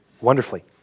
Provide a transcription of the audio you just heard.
wonderfully